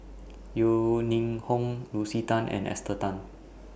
Yeo Ning Hong Lucy Tan and Esther Tan